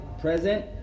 present